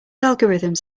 algorithms